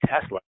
Tesla